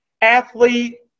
athlete –